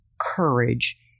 courage